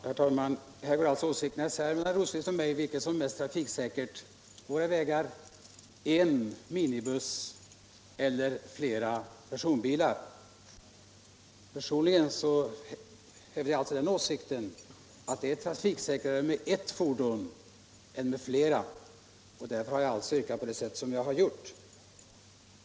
Herr talman! Här går alltså herr Rosqvists och mina åsikter isär om vilket som är mest trafiksäkert på våra vägar, en minibuss eller flera personbilar. Personligen har jag den åsikten att det är mera trafiksäkert med ett fordon än med flera, och därför har jag yrkat som jag gjort.